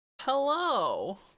Hello